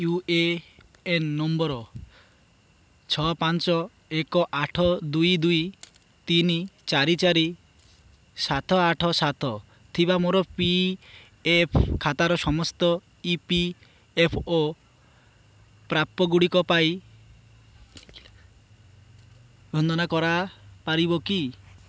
you A N number ଛଅ ପାଞ୍ଚ ଏକ ଆଠ ଦୁଇ ଦୁଇ ତିନି ଚାରି ଚାରି ସାତ ଆଠ ସାତ ଥିବା ମୋର ପି ଏଫ୍ ଖାତାର ସମସ୍ତ ଇ ପି ଏଫ୍ ଓ ପ୍ରାପ୍ୟ ଗୁଡ଼ିକ ପାଇଁ ସନ୍ଧାନ କରା ପାରିବ କି